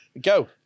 Go